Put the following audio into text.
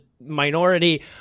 minority